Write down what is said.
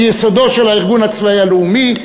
מיסודו של הארגון הצבאי הלאומי.